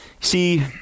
See